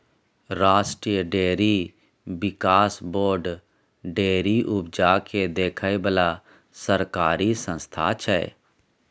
राष्ट्रीय डेयरी बिकास board dairy उपजा केँ देखै बला सरकारी संस्था छै